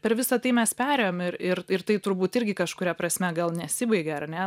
per visą tai mes perėjom ir ir ir tai turbūt irgi kažkuria prasme gal nesibaigia ar ne